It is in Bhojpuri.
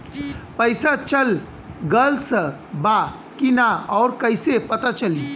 पइसा चल गेलऽ बा कि न और कइसे पता चलि?